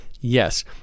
Yes